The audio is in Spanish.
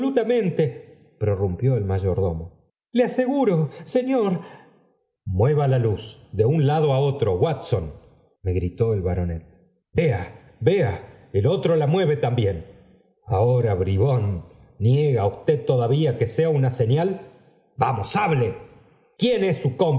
prorrumpió el mayordomo le aseguro señor mueva la luz de un lado á otro watson me gritó el baronet vea vea el otro la mueve también ahora bribón niega usted todavía que sea una señal vamos hable quién es su